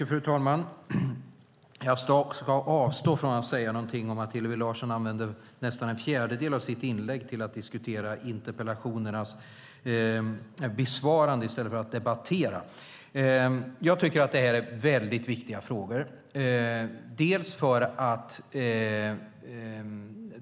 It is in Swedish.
Fru talman! Jag ska avstå från att säga någonting om att Hillevi Larsson använde nästan en fjärdedel av sitt inlägg till att diskutera interpellationernas besvarande i stället för att debattera. Jag tycker att det här är väldigt viktiga frågor.